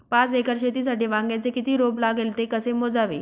पाच एकर शेतीसाठी वांग्याचे किती रोप लागेल? ते कसे मोजावे?